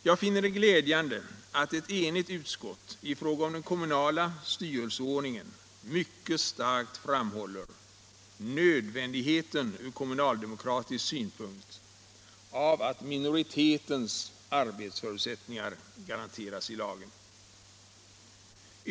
Jag finner det glädjande att ett enigt utskott i fråga om den kommunala styrelseordningen mycket starkt framhåller nödvändigheten ur kommunaldemokratisk synpunkt av att minoritetens arbetsförutsättningar garanteras i lagen.